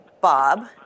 Bob